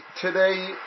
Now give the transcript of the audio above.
today